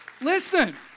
Listen